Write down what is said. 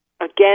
again